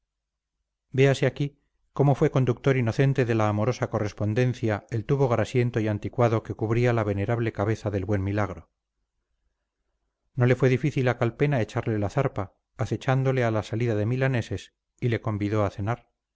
véase aquí cómo fue conductor inocente de la amorosa correspondencia el tubo grasiento y anticuado que cubría la venerable cabeza del buen milagro no le fue difícil a calpena echarle la zarpa acechándole a la salida de milaneses y le convidó a cenar